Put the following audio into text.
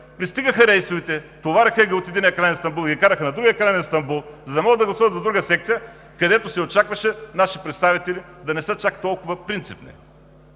пристигаха рейсовете, товареха ги от единия край на Истанбул и ги караха на другия край на Истанбул, за да могат да гласуват в друга секция, където се очакваше нашите представители да не са чак толкова принципни.